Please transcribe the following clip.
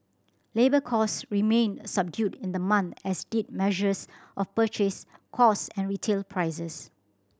labour cost remained subdued in the month as did measures of purchase cost and retail prices